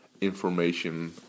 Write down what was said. information